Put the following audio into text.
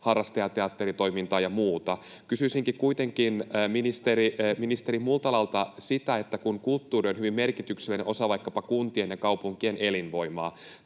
harrastajateatteritoimintaa ja muuta. Kysyisinkin kuitenkin ministeri Multalalta: Kulttuuri on hyvin merkityksellinen osa vaikkapa kuntien ja kaupunkien elinvoimaa